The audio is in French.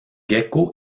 gecko